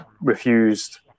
refused